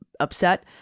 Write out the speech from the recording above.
upset